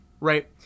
right